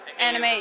Anime